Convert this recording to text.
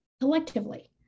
collectively